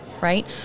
right